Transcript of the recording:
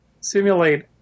simulate